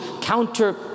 Counter-